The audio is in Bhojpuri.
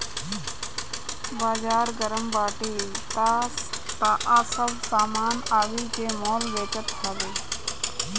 बाजार गरम बाटे तअ सब सामान आगि के मोल बेचात हवे